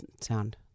sound